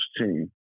team